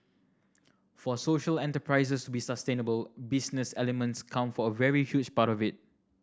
for social enterprises to be sustainable business elements count for a very huge part of it